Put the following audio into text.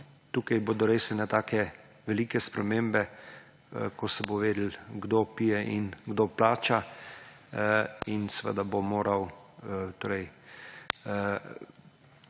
tukaj bodo res ene takšne, velike spremembe, ko se bo vedelo, kdo pije in kdo plača. In seveda bo moralo